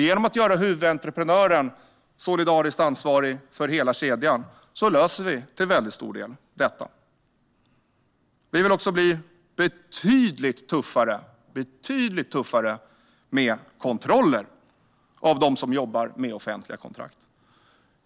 Genom att göra huvudentreprenören solidariskt ansvarig för hela kedjan löser vi till väldigt stor del detta problem. Vi vill också bli betydligt tuffare med kontrollen av dem som jobbar med offentliga kontrakt.